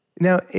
now